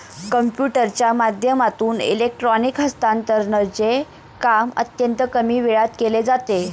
कम्प्युटरच्या माध्यमातून इलेक्ट्रॉनिक हस्तांतरणचे काम अत्यंत कमी वेळात केले जाते